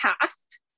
past